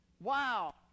Wow